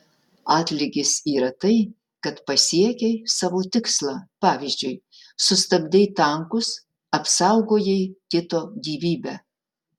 atlygis yra tai kad pasiekei savo tikslą pavyzdžiui sustabdei tankus apsaugojai kito gyvybę